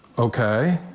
okay,